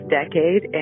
decade